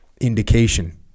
indication